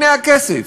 הנה הכסף,